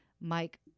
Mike